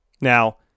Now